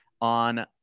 on